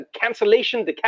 cancellation